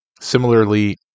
Similarly